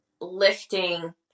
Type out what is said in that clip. lifting